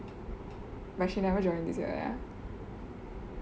but she never join this year lah